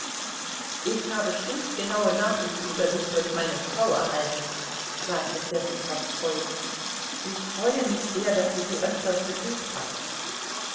ich habe stets genaue nachrichten über dich durch meine frau erhalten sagte serpuchowskoi ich freue mich sehr daß du sie öfters besucht hast